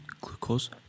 glucose